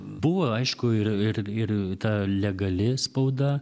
buvo aišku ir ir ir ta legali spauda